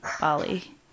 Bali